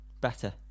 better